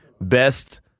best